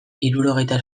hirurogeita